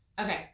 Okay